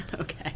Okay